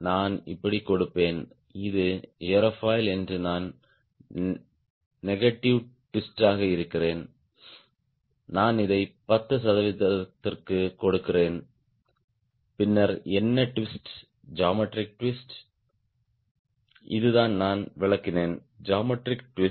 நான் இப்படி கொடுப்பேன் இது ஏரோஃபைல் என்று நான் நெகட்டிவ் ட்விஸ்டாக இருக்கிறேன் நான் இதை 10 சதவிகிதத்திற்கு கொடுத்திருக்கிறேன் பின்னர் என்ன ட்விஸ்ட் ஜாமெட்ரிக் ட்விஸ்ட் இதுதான் நான் விளக்கினேன் ஜாமெட்ரிக் ட்விஸ்ட்